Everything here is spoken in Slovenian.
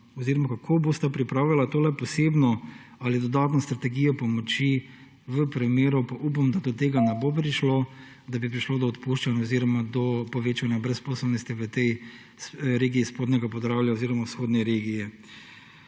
zanima: Kako bosta pripravljala to posebno ali dodatno strategijo pomoči v primeru – pa upam, da do tega ne bo prišlo –, da bi prišlo do odpuščanja oziroma do povečanja brezposelnosti v tej regiji Spodnje Podravje oziroma v vzhodni regiji?